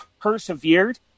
persevered